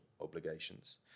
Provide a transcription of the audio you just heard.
obligations